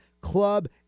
club